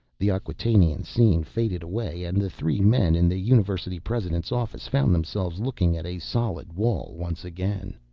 the acquatainian scene faded away, and the three men in the university president's office found themselves looking at a solid wall once again.